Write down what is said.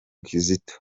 kizito